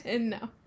no